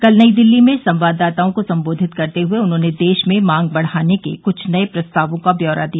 कल नई दिल्ली में संवाददाताओं को संबोधित करते हुए उन्होंने देश में मांग को बढाने के कुछ नये प्रस्तावों का ब्यौरा दिया